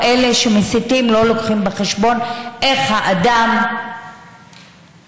או אלה שמסיתים לא מביאים בחשבון איך האדם הפשוט